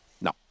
No